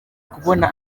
kubona